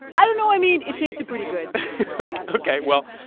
i don't know. i mean, it tasted pretty good ok. well,